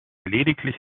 lediglich